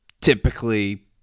typically